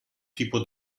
tipo